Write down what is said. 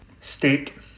steak